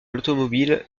l’automobile